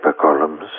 columns